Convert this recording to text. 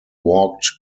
walked